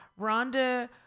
Rhonda